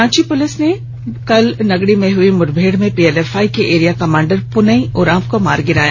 Ranchi police ने कल को नगड़ी में हुई मुठभेड़ में पीएलएफआई के एरिया कमांडर पुनई उरांव को मार गिराया